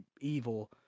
evil